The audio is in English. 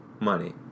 money